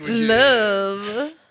Love